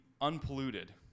unpolluted